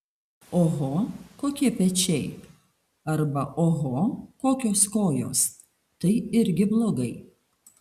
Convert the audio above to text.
oho kokie pečiai arba oho kokios kojos tai irgi blogai